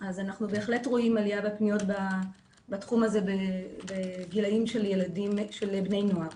אז אנחנו בהחלט רואים עלייה בפניות בתחום הזה בגילאים של בני נוער